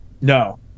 No